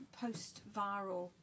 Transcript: post-viral